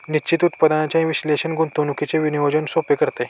निश्चित उत्पन्नाचे विश्लेषण गुंतवणुकीचे नियोजन सोपे करते